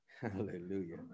Hallelujah